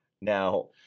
Now